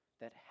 that